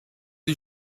you